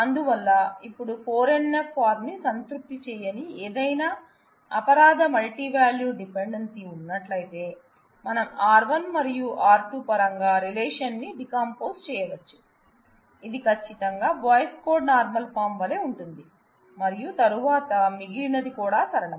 అందువల్ల ఇప్పుడు 4 NF form న్ని సంతృప్తి చేయని ఏదైనా అపరాధ మల్టీవాల్యూడ్ డిపెండెన్సీ ఉన్నట్లయితే మనం R 1 మరియు R 2 పరంగా రిలేషన్ న్ని డికంపోజ్ చేయవచ్చు ఇది కచ్చితంగా బోయ్స్ కాడ్ నార్మల్ ఫార్మ్ వలే ఉంటుంది మరియు తరువాత మిగిలిన ది కూడా సరళం